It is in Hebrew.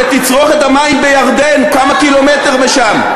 לתצרוכת המים בירדן, כמה קילומטר משם.